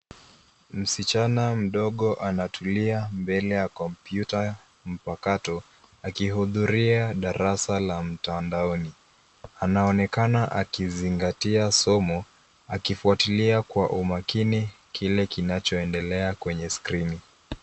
Msichana mdogo anatulia mbele ya kompyuta mpakato akihudhuria darasa la mtandaoni. Anaonekana akizingatia somo akifuatilia kwa umakini kile kinachoendelea kwenye skrini.